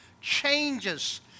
changes